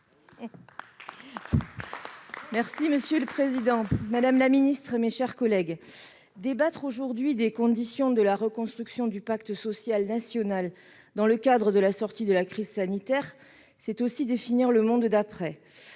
Monsieur le président, madame la secrétaire d'État, mes chers collègues, débattre aujourd'hui des conditions de la reconstruction du pacte social national dans le cadre de la sortie de la crise sanitaire, c'est aussi définir le monde d'après.